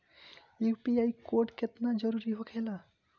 UPI code केतना जरुरी होखेला?